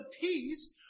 peace